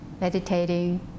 meditating